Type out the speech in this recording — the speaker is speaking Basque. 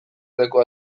leku